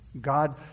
God